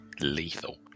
lethal